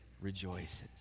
rejoices